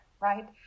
right